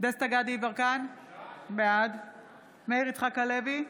דסטה גדי יברקן, בעד מאיר יצחק הלוי,